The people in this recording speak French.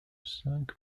cinq